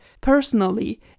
personally